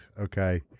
Okay